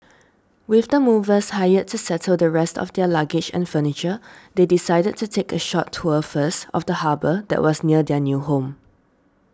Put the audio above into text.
with the movers hired to settle the rest of their luggage and furniture they decided to take a short tour first of the harbour that was near their new home